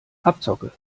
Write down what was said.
abzocke